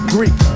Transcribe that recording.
Greek